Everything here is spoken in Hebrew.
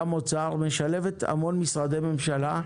גם אוצר משלבת המון משרדי ממשלה,